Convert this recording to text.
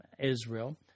Israel